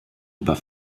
über